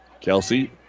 Kelsey